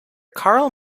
karl